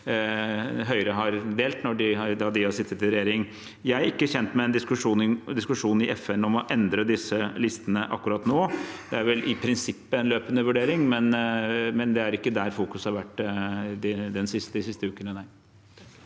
Høyre har delt når de har sittet i regjering. Jeg er ikke kjent med en diskusjon i FN om å endre disse listene akkurat nå. Det er vel i prinsippet en løpende vurdering, men det er ikke der fokuset har vært de siste ukene.